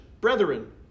brethren